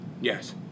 Yes